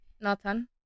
Nathan